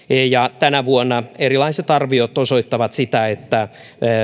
ja tänä vuonna erilaiset arviot osoittavat sitä että